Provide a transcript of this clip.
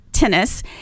tennis